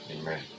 Amen